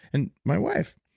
and my wife,